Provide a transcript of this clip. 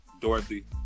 Dorothy